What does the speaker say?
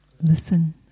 Listen